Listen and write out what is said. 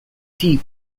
deep